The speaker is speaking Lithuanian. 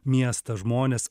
miestą žmones